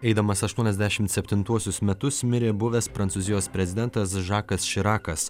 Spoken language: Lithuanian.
eidamas aštuoniasdešimt septintuosius metus mirė buvęs prancūzijos prezidentas žakas širakas